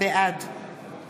בעד